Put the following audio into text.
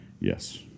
Yes